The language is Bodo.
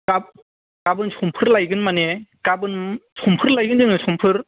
गाबोन समफोर लायगोन माने गाबोन समफोर लायगोन जोङो समफोर